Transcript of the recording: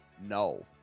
No